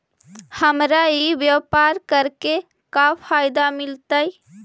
हमरा ई व्यापार करके का फायदा मिलतइ?